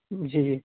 جی